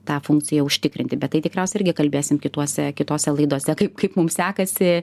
tą funkciją užtikrinti bet tai tikriausia irgi kalbėsim kituose kitose laidose kaip kaip mums sekasi